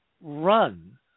run